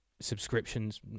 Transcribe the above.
subscriptions